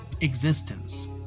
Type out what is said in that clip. existence